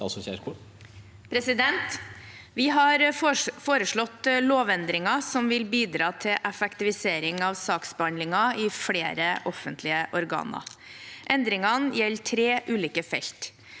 Vi har foreslått lovendringer som vil bidra til effektivisering av saksbehandlingen i flere offentlige organer. Endringene gjelder tre ulike felter: